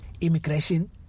Immigration